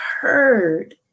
heard